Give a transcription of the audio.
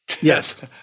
Yes